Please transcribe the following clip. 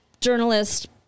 journalist